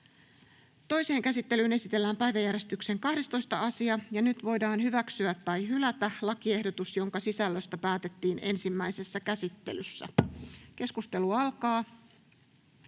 Toiseen käsittelyyn esitellään päiväjärjestyksen 4. asia. Nyt voidaan hyväksyä tai hylätä lakiehdotus, jonka sisällöstä päätettiin ensimmäisessä käsittelyssä. — Edustaja